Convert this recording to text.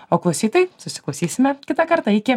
o klausytojai susiklausysime kitą kartą iki